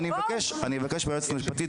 אז אני קוטע אותך ואני אבקש מהיועצת המשפטית